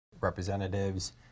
representatives